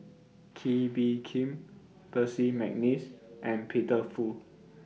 Kee Bee Khim Percy Mcneice and Peter Fu